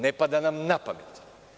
Ne pada nam na pamet.